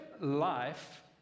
life